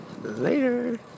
later